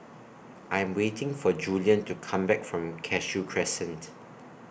I Am waiting For Julian to Come Back from Cashew Crescent